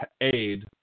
aid